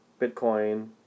Bitcoin